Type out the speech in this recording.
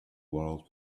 world